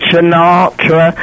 Sinatra